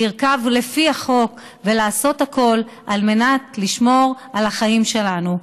לרכוב לפי החוק ולעשות הכול על מנת לשמור על החיים שלנו,